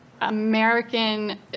American